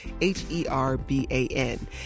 H-E-R-B-A-N